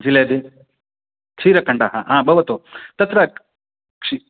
जिलेबि क्षीरकण्डः हा भवतु तत्र क्षि